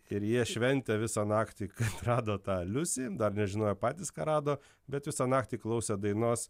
ir jie šventė visą naktį rado tą liusi dar nežinojo patys ką rado bet visą naktį klausė dainos